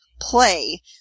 play